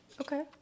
Okay